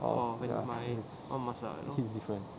oh ya it's it's different